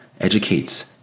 educates